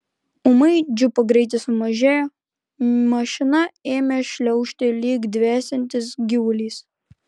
ūmai džipo greitis sumažėjo mašina ėmė šliaužti lyg dvesiantis gyvulys